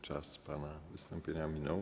Czas pana wystąpienia minął.